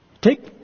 Take